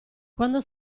quando